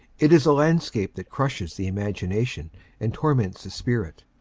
it is a landscape that crushes the imagination and torments the spirit.